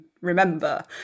remember